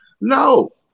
No